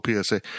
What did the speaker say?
PSA